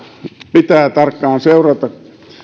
pitää tarkkaan seurata että